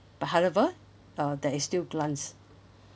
but however uh there is still grants